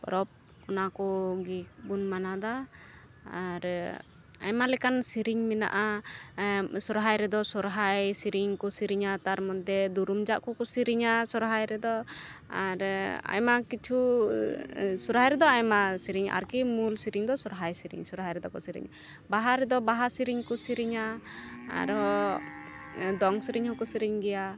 ᱯᱚᱨᱚᱵᱽ ᱚᱱᱟᱠᱚ ᱜᱮᱵᱚᱱ ᱢᱟᱱᱟᱣᱫᱟ ᱟᱨ ᱟᱭᱢᱟ ᱞᱮᱠᱟᱱ ᱥᱤᱨᱤᱧ ᱢᱮᱱᱟᱜᱼᱟ ᱥᱚᱨᱦᱟᱭ ᱨᱮᱫᱚ ᱥᱚᱨᱦᱟᱭ ᱥᱤᱨᱤᱧᱠᱚ ᱥᱤᱨᱤᱧᱟ ᱛᱟᱨ ᱢᱚᱫᱽᱫᱮ ᱫᱩᱨᱩᱢᱡᱟᱜ ᱠᱚᱠᱚ ᱥᱤᱨᱤᱧᱟ ᱥᱚᱨᱦᱟᱭ ᱨᱮᱫᱚ ᱟᱨ ᱟᱭᱢᱟ ᱠᱤᱪᱷᱩ ᱥᱚᱨᱦᱟᱭ ᱨᱮᱫᱚ ᱟᱭᱢᱟ ᱥᱤᱨᱤᱧ ᱟᱨᱠᱤ ᱢᱩᱞ ᱥᱤᱨᱤᱧᱫᱚ ᱥᱚᱨᱦᱟᱭ ᱥᱤᱨᱤᱧ ᱥᱚᱨᱦᱟᱭ ᱨᱮᱫᱚ ᱠᱚ ᱥᱤᱨᱤᱧᱟ ᱵᱟᱦᱟ ᱨᱮᱫᱚ ᱵᱟᱦᱟ ᱥᱤᱨᱤᱧᱠᱚ ᱥᱤᱨᱤᱧᱟ ᱟᱨᱚ ᱫᱚᱝ ᱥᱤᱨᱤᱧᱦᱚᱸ ᱠᱚ ᱥᱤᱨᱤᱧ ᱜᱮᱭᱟ